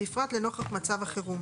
בפרט לנוכח מצב החירום.